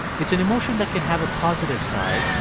it's an emotion that can have a positive side,